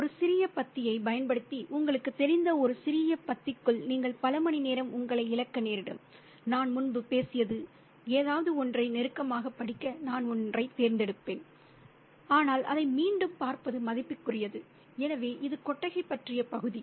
ஒரு சிறிய பத்தியைப் பயன்படுத்தி உங்களுக்குத் தெரிந்த ஒரு சிறிய பத்திக்குள் நீங்கள் பல மணிநேரம் உங்களை இழக்க நேரிடும் நான் முன்பு பேசிய ஏதாவது ஒன்றை நெருக்கமாகப் படிக்க நான் ஒன்றைத் தேர்ந்தெடுப்பேன் ஆனால் அதை மீண்டும் பார்ப்பது மதிப்புக்குரியது எனவே இது கொட்டகை பற்றிய பகுதி